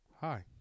hi